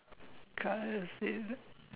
can I say that